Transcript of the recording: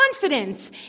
confidence